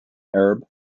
arab